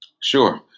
Sure